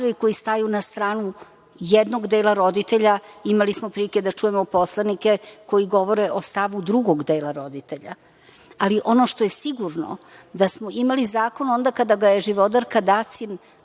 koji staju na stranu jednog dela roditelja. Imali smo prilike da čujemo poslanike koji govore o stavu drugog dela roditelja, ali ono što je sigurno da smo imali zakon onda kada ga je Živodarka Dacin